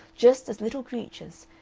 just as little creatures,